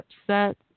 upset